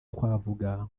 twavuga